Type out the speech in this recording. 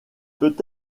peut